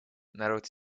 народ